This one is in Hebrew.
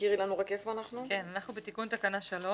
תיקון תקנה 3